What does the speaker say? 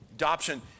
Adoption